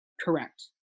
correct